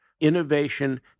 innovation